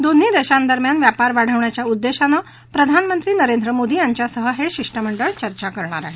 दोन्ही देशांदरम्यान व्यापार वाढवण्याच्या उद्देशाने प्रधानमंत्री नरेंद्र मोदी यांच्यासह हे शिष्टमंडळ चर्चा करणार आहे